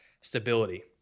stability